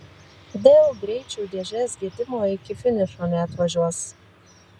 dėl greičių dėžės gedimo iki finišo neatvažiuos